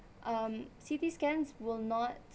um C_T scans will not